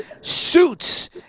Suits